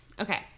Okay